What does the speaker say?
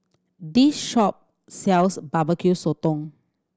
this shop sells Barbecue Sotong